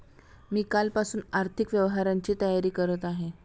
मी कालपासून आर्थिक व्यवहारांची तयारी करत आहे